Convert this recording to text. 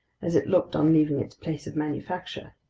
as it looked on leaving its place of manufacture.